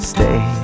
Stay